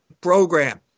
program